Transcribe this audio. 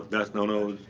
that's no, no,